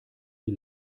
die